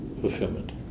fulfillment